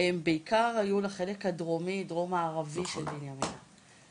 הוא בעיקר היה לחלק הדרומי דרום מערבי של בנימינה,